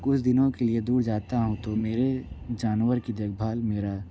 कुछ दिनों के लिए दूर जाता हूँ तो मेरे जानवर की देखभाल मेरा